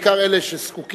בעיקר אלה שזקוקים,